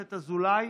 אזולאי,